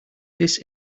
this